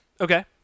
Okay